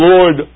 Lord